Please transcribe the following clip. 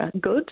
good